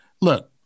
look